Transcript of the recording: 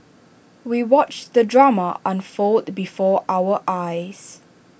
we watched the drama unfold before our eyes